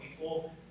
people